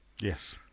Yes